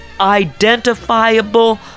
identifiable